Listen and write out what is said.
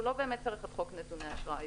הוא לא באמת צריך את חוק נתוני אשראי,